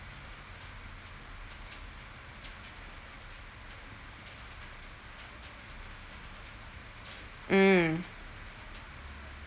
mm